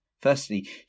Firstly